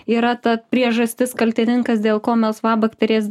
yra ta priežastis kaltininkas dėl ko melsvabakterės